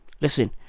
listen